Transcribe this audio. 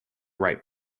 ripe